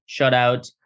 shutout